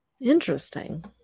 interesting